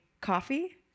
Coffee